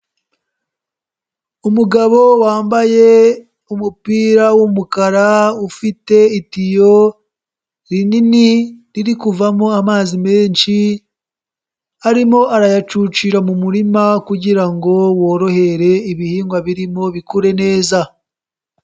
Umugabo wambaye umupira w'umukara ufite itiyo rinini riri kuvamo amazi menshi, arimo arayacucira mu murima kugira ngo worohere ibihingwa birimo bikure neza.